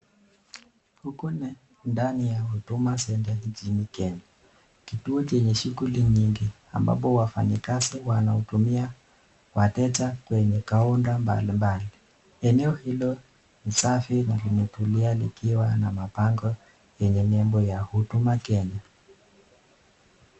Huko ni ndani ya Huduma centre nchini Kenya, kituo chenye shughuli nyingi ambapo wafanyikazi wanahudumia wateja kwenye kaunta mbalimbali, eneo hilo ni safi na limetulia likiwa na mabango yenye nembo ya Huduma Kenya.